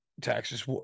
taxes